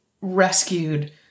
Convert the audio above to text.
rescued